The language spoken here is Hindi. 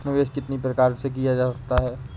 निवेश कितनी प्रकार से किया जा सकता है?